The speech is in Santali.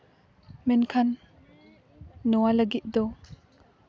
ᱢᱮᱱᱠᱷᱟᱱ ᱱᱚᱣᱟ ᱞᱟᱹᱜᱤᱫ ᱫᱚ